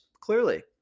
Clearly